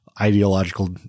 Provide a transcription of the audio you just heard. ideological